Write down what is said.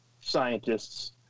scientists